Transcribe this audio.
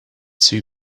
two